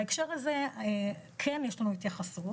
בהקשר הזה כן יש לנו התייחסות,